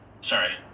sorry